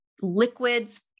liquids